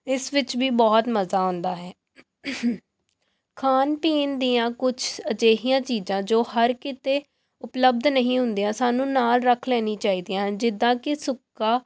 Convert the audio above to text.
ਇਸ ਵਿੱਚ ਵੀ ਬਹੁਤ ਮਜ਼ਾ ਆਉਂਦਾ ਹੈ ਖਾਣ ਪੀਣ ਦੀਆਂ ਕੁਝ ਅਜਿਹੀਆਂ ਚੀਜ਼ਾਂ ਜੋ ਹਰ ਕਿਤੇ ਉਪਲੱਬਧ ਨਹੀਂ ਹੁੰਦੀਆਂ ਸਾਨੂੰ ਨਾਲ ਰੱਖ ਲੈਣੀ ਚਾਹੀਦੀਆਂ ਹਨ ਜਿੱਦਾਂ ਕਿ ਸੁੱਕਾ